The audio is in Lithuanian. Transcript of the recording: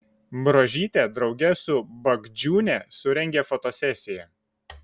bruožytė drauge su bagdžiūne surengė fotosesiją